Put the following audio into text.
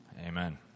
amen